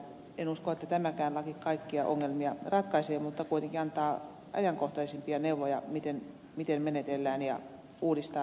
en usko että tämäkään laki kaikkia ongelmia ratkaisee mutta kuitenkin antaa ajankohtaisempia neuvoja miten menetellään ja uudistetaan pelisääntöjä